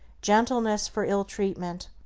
gentleness for ill-treatment,